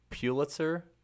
Pulitzer